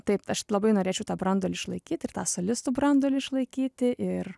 taip aš labai norėčiau tą branduolį išlaikyt ir tą solistų branduolį išlaikyti ir